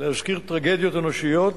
להזכיר טרגדיות אנושיות,